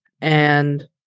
And-